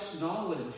knowledge